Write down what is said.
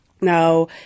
Now